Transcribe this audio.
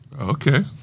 Okay